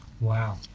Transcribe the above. Wow